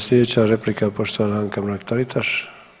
Slijedeća replika poštovana Anka Mrak Taritaš.